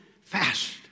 fast